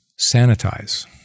sanitize